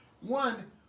one